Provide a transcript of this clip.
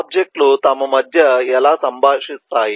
object లు తమ మధ్య ఎలా సంభాషిస్తాయి